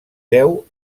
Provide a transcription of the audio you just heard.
deu